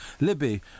Libby